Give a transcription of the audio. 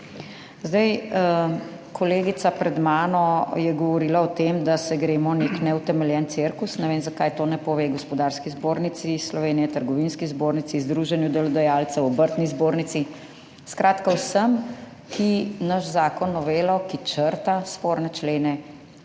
Zdaj, kolegica pred mano je govorila o tem, da se gremo nek neutemeljen cirkus. Ne vem zakaj to ne pove Gospodarski zbornici Slovenije, Trgovinski zbornici, Združenju delodajalcev, Obrtni zbornici, skratka vsem, ki naš zakon, novelo, ki črta sporne člene,